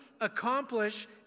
accomplish